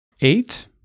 Eight